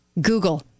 Google